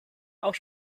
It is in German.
auch